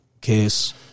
kiss